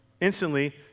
instantly